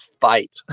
fight